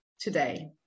today